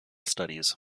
studies